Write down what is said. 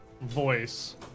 voice